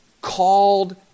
called